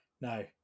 No